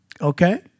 Okay